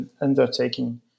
undertaking